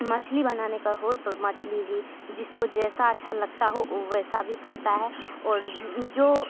मछली बनाने का हो तो मछली भी जिसको जैसा अच्छा लगता हो वो वैसा भी करता है और जो